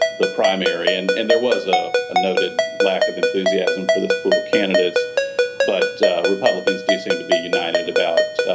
the primary and and there was a unloaded lack of enthusiasm for this book and it's but ah. rebel insti seem to be united about